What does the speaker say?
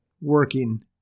working